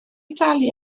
dalu